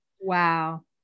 Wow